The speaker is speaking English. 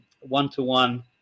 one-to-one